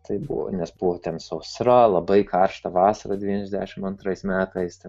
tai buvo nes būtent sausra labai karšta vasara devyniasdešimt antrais metais